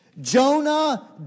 Jonah